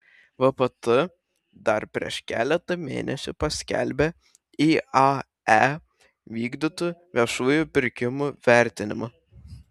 vpt dar prieš keletą mėnesių paskelbė iae vykdytų viešųjų pirkimų vertinimą